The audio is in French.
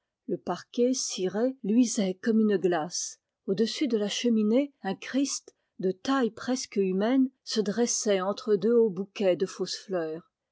le parquet ciré luisait comme une glace au-dessus de la cheminée un christ de taille presque humaine se dressait entre deux hauts bouquets de fausses fleurs